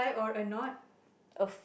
a